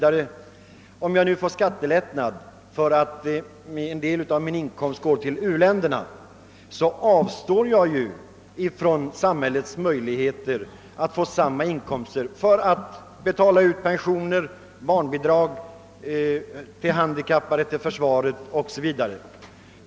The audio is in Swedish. Men om jag får en skattelättnad därför att en del av min inkomst går till uländerna minskas ju samhällets möjligheter att få inkomster för att betala ut pensioner, barnbidrag, bidrag till handikappade, pengar till försvaret etc.